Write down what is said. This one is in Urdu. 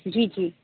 جی جی